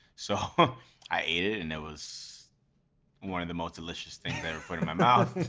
so i ate it and it was one of the most delicious things i ever put in my mouth.